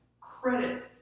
Credit